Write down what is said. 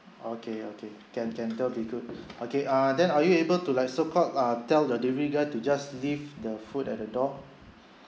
okay okay can can that will be good okay err then are you able to like so called uh tell that the delivery guy to just leave the food at the door